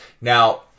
Now